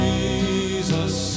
Jesus